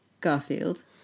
Garfield